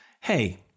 Hey